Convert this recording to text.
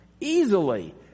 easily